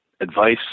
advice